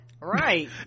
right